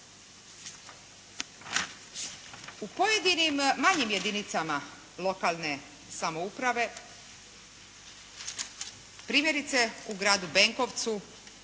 U pojedinim manjim jedinicama lokalne samouprave primjerice u gradu Benkovcu